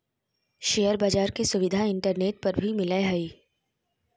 share बाज़ार के सुविधा इंटरनेट पर भी मिलय हइ